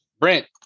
brent